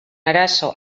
arazo